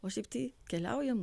o šiaip tai keliaujam